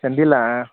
ಚಂದಿಲ್ಲ